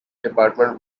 department